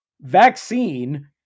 vaccine